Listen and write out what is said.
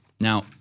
Now